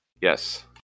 Yes